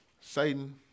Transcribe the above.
Satan